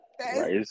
Right